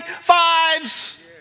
fives